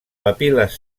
papil·les